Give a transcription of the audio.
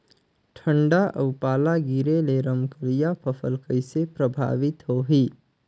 ठंडा अउ पाला गिरे ले रमकलिया फसल कइसे प्रभावित होही?